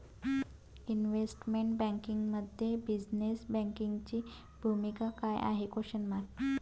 Investment बँकिंगमध्ये business बँकिंगची भूमिका काय आहे?